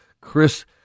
Chris